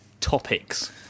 topics